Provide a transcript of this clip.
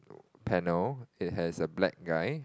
panel it has a black guy